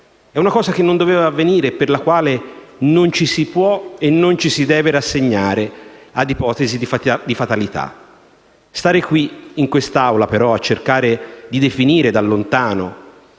È una cosa che non doveva avvenire e per la quale non ci si può, e non ci si deve, rassegnare ad ipotesi di fatalità. Stare però qui, in quest'Aula, a cercare di definire da lontano